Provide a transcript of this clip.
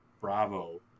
Bravo